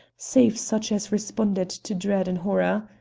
save such as responded to dread and horror.